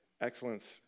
Excellence